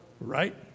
right